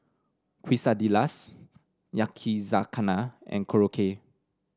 quesadillas Yakizakana and Korokke